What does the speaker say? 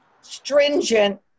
stringent